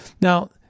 Now